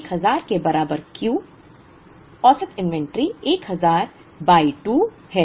इसलिए 1000 के बराबर Q औसत इन्वेंट्री 1000 बाय बाय 2 है जो 500 है